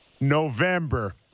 November